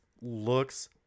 looks